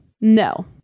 No